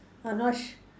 I'm not sh~